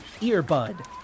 earbud